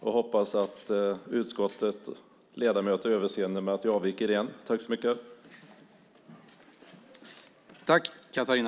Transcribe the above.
Jag hoppas att utskottets ledamöter har överseende med att jag avviker igen.